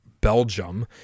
Belgium